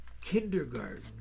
kindergarten